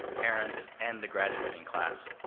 parents, and the graduating class.